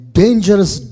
dangerous